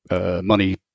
money